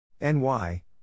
NY